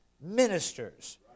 ministers